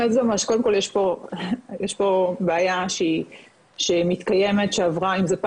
קודם כל יש פה בעיה שמתקיימת שעברה עם זה,